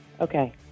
Okay